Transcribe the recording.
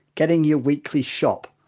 getting your weekly shop,